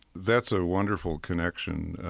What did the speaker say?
that's a wonderful connection.